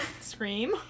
Scream